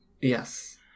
Yes